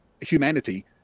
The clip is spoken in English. Humanity